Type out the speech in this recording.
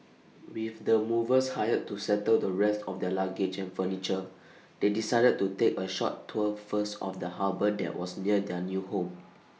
with the movers hired to settle the rest of their luggage and furniture they decided to take A short tour first of the harbour that was near their new home